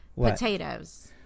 Potatoes